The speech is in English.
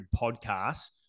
podcasts